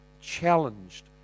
challenged